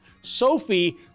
Sophie